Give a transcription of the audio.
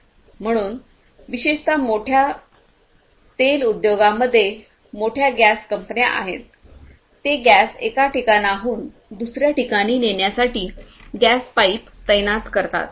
म्हणून विशेषत मोठ्या तेल उद्योगामागे मोठ्या गॅस कंपन्या आहेत ते गॅस एका ठिकाणाहून दुसऱ्या ठिकाणी नेण्यासाठी गॅस पाईप तैनात करतात